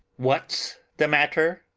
what's the matter?